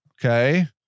Okay